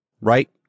Right